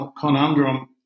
conundrum